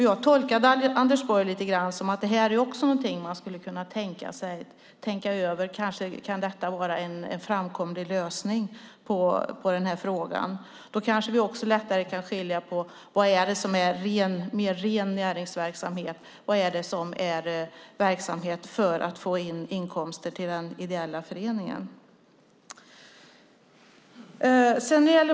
Jag tolkade Anders Borg lite grann som att detta är någonting man skulle kunna tänka över. Kanske kan detta vara en framkomlig lösning på frågan? Då kanske vi också lättare kan skilja på vad som är ren näringsverksamhet och vad som är verksamhet för att få in inkomster till den ideella föreningen.